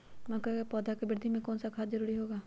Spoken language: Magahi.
मक्का के पौधा के वृद्धि में कौन सा खाद जरूरी होगा?